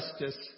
justice